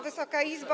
Wysoka Izbo!